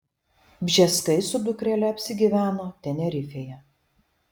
bžeskai su dukrele apsigyveno tenerifėje